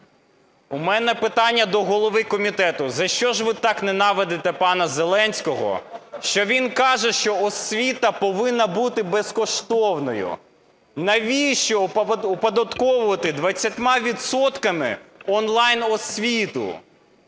У мене питання до голови комітету. За що ж ви так ненавидите пана Зеленського, що він каже, що освіта повинна бути безкоштовною? Навіщо оподатковувати 20 відсотками онлайн-освіту?